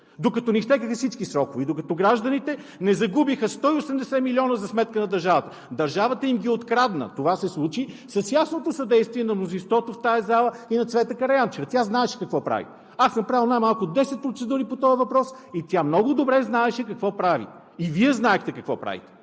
Докато не изтекоха всички срокове и докато гражданите не загубиха 180 млн. лв. за сметка на държавата. Държавата им ги открадна – това се случи! – с ясното съдействие на мнозинството в тази зала и на Цвета Караянчева. Тя знаеше какво прави. Аз съм правил най-малко 10 процедури по този въпрос и тя много добре знаеше какво прави. И Вие знаехте какво правите.